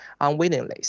unwillingly